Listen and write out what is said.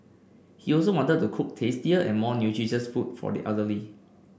he also wanted to cook tastier and more nutritious food for the elderly